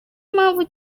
impamvu